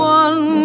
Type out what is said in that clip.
one